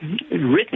written